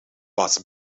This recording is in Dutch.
was